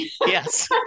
Yes